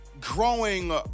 growing